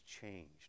changed